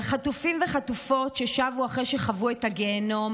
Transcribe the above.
על חטופים וחטופות ששבו אחרי שחוו את הגיהינום